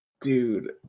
dude